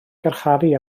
garcharu